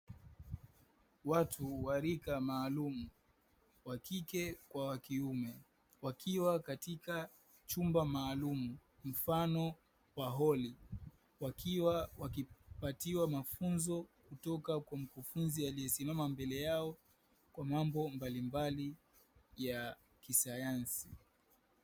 Watu wa rika maalumu wakike kwa wakiume, wakiwa katika chumba maalumu mfano wa holi wakiwa wakipatiwa mafunzo kutoka kwa mkufunzi aliyesimama mbele yao kwa mambo mbalimbali ya kisayansi.